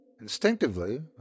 Instinctively